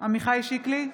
עמיחי שיקלי,